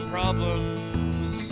problems